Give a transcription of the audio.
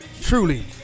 truly